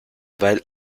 weil